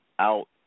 out